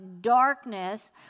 darkness